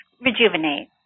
rejuvenate